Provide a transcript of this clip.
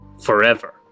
Forever